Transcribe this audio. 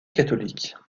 catholiques